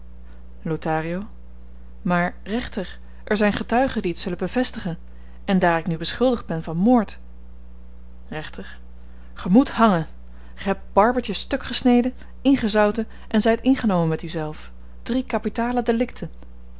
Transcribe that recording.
lothario maar rechter er zyn getuigen die het zullen bevestigen en daar ik nu beschuldigd ben van moord rechter ge moet hangen ge hebt barbertje stukgesneden ingezouten en zyt ingenomen met uzelf drie kapitale delikten wie